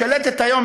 השלטת היום,